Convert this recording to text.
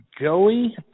Joey